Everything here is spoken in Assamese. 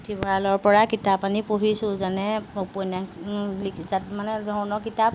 পুথিভঁৰালৰ পৰা কিতাপ আনি পঢ়িছোঁ যেনে উপন্যাস লিখি মানে ধৰণৰ কিতাপ